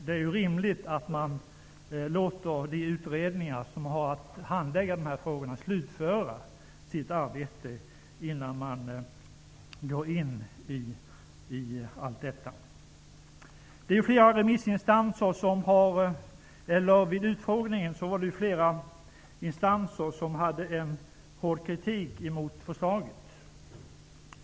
Det vore rimligt att låta dem som har att handlägga dessa frågor i utredningarna slutföra sitt arbete innan man går vidare. Vid den utfrågning som förekommit riktade flera remissinstanser hård kritik mot förslaget.